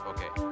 Okay